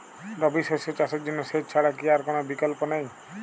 রবি শস্য চাষের জন্য সেচ ছাড়া কি আর কোন বিকল্প নেই?